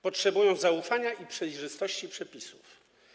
Potrzebują zaufania i przejrzystości przepisów.